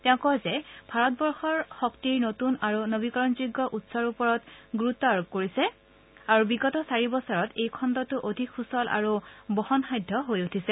তেওঁ কয় যে ভাৰতবৰ্ষই শক্তিৰ নতুন আৰু নৱীকৰণযোগ্য উৎসৰ ওপৰত গুৰুত্ব আৰোপ কৰিছে আৰু বিগত চাৰি বছৰত এই খণ্ডটো অধিক সুচল আৰু বহনসাধ্য হৈ উঠিছে